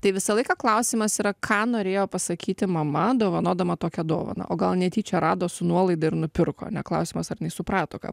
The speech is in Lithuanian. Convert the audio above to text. tai visą laiką klausimas yra ką norėjo pasakyti mama dovanodama tokią dovaną o gal netyčia rado su nuolaida ir nupirko ane klausimas ar jinai suprato ką